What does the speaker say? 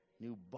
new